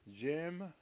jim